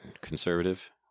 conservative